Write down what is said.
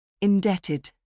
Indebted